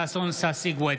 ששון ששי גואטה,